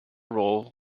role